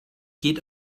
geht